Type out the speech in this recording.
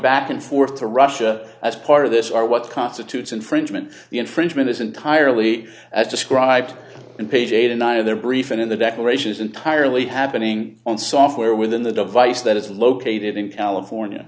back and forth to russia as part of this are what constitutes infringement the infringement is entirely as described in page eight in one of their brief and in the declaration is entirely happening on software within the device that is located in california